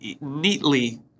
neatly